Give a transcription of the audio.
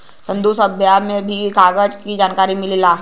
सिंन्धु सभ्यता में भी कागज क जनकारी मिलेला